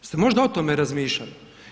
Jeste možda o tome razmišljali?